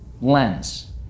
lens